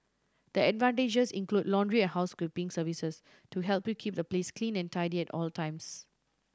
the advantages include laundry and housekeeping services to help you keep the place clean and tidy at all the times